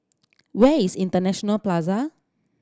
where is International Plaza